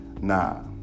Nah